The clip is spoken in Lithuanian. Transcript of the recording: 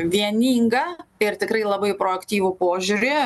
vieningą ir tikrai labai proaktyvų požiūrį